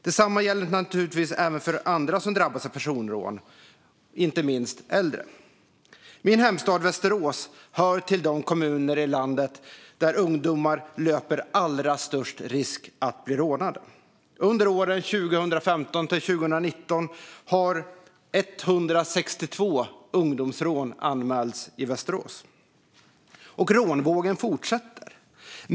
Detsamma gäller naturligtvis även för andra som drabbas av personrån, inte minst äldre. Min hemstad Västerås hör till de kommuner i landet där ungdomar löper allra störst risk att bli rånade. Under åren 2015-2019 har 162 ungdomsrån anmälts i Västerås. Och rånvågen fortsätter.